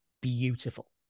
beautiful